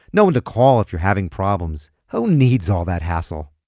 no one to call if you're having problems. who needs all that hassle?